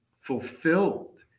fulfilled